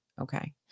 Okay